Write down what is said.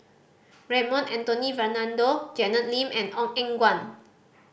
Raymond Anthony Fernando Janet Lim and Ong Eng Guan